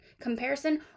comparison